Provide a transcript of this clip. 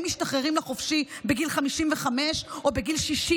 משתחררים לחופשי בגיל 55 או בגיל 60,